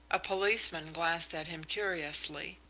a policeman glanced at him curiously.